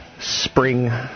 Spring